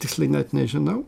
tiksliai net nežinau